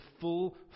full